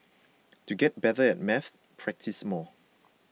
to get better at maths practise more